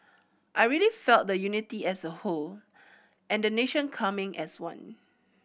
I really felt the unity as a whole and the nation coming as one